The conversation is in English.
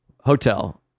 Hotel